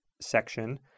section